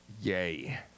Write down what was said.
Yay